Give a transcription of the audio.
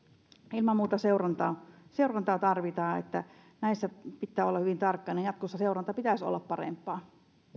ilman muuta seurantaa seurantaa tarvitaan näissä pitää olla hyvin tarkkana jatkossa seuranta pitäisi olla parempaa